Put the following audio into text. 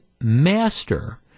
master